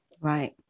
right